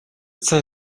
цай